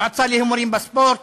המועצה להימורים בספורט.